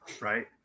Right